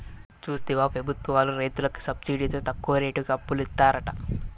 చూస్తివా పెబుత్వాలు రైతులకి సబ్సిడితో తక్కువ రేటుకి అప్పులిత్తారట